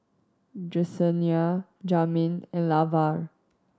Jesenia Jamin and Lavar